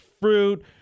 fruit